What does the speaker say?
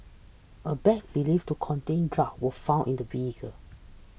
a bag believed to contain drugs was found in the vehicle